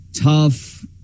tough